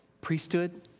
priesthood